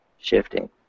shifting